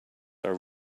are